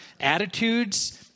attitudes